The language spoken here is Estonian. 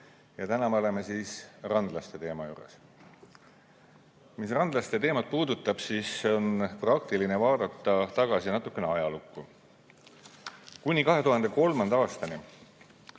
Täna me oleme randlaste teema juures. Mis randlaste teemat puudutab, siis on praktiline vaadata tagasi natukene ajalukku. Kuni 2003. aastani